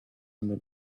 under